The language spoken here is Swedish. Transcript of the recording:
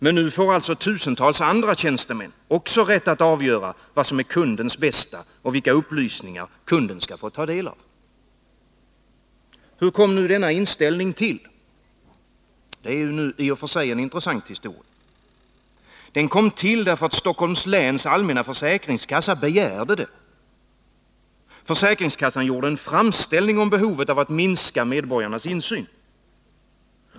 Men nu får även tusentals andra tjänstemän rätt att avgöra vad som är kundens bästa och vilka upplysningar kunden skall få ta del av. Hur kom nu denna inskränkning till? Det är en intressant historia. Den kom till därför att Stockholms läns allmänna försäkringskassa begärde det. Försäkringskassan gjorde en framställning om behovet av att minska medborgarnas insyn.